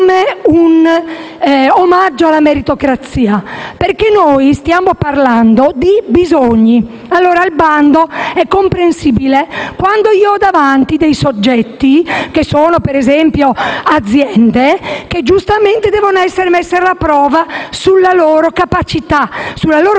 un omaggio alla meritocrazia, perché stiamo parlando di bisogni. Il bando è comprensibile quando si hanno davanti soggetti, per esempio le aziende, che giustamente devono essere messe alla prova sulla loro capacità di